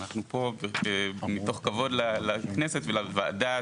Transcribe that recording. אנחנו פה מתוך כבוד לכנסת ולוועדה.